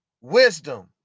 wisdom